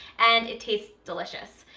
and it tastes delicious.